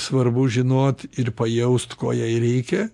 svarbu žinot ir pajaust ko jai reikia